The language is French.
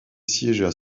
siégea